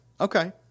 Okay